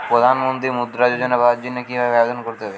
প্রধান মন্ত্রী মুদ্রা যোজনা পাওয়ার জন্য কিভাবে আবেদন করতে হবে?